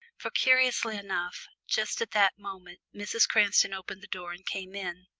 for curiously enough, just at that moment mrs. cranston opened the door and came in.